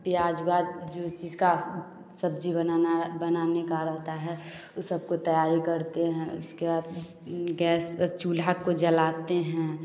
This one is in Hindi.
प्याज़ उआज जिसका सब्ज़ी बनाना बनाने का रहता है उ सबको तैयार करते हैं उसके बाद गैस चूल्हा को जलाते हैं